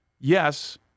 yes